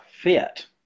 fit